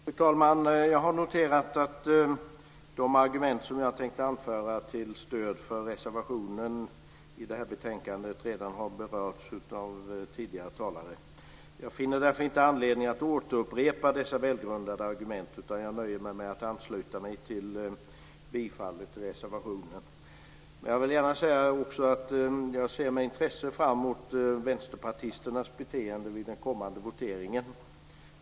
Fru talman! Jag har noterat att de argument jag tänkte anföra till stöd för reservationen i betänkandet redan har berörts av tidigare talare. Jag finner därför inte anledning att återupprepa dessa välgrundade argument. Jag nöjer mig med att ansluta mig till bifallsyrkandet till reservationen. Jag ser med intresse fram mot vänsterpartisternas beteende vid den kommande voteringen.